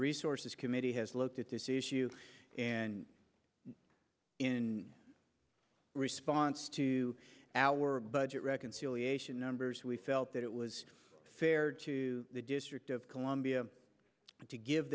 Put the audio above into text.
resources committee has looked at this issue and in response to our budget reconciliation numbers we felt that it was fair to the district of columbia to give